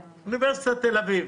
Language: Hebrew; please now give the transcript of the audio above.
אוניברסיטת תל אביב,